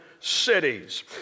cities